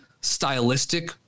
stylistic